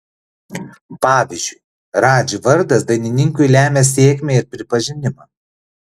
pavyzdžiui radži vardas dainininkui lemia sėkmę ir pripažinimą